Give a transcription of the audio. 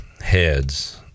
heads